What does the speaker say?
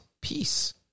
peace